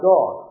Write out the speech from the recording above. God